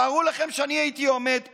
תארו לכם שאני הייתי עומד פה,